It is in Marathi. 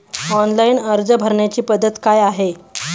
ऑनलाइन अर्ज भरण्याची पद्धत काय आहे?